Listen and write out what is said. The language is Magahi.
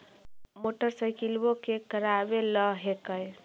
मोटरसाइकिलवो के करावे ल हेकै?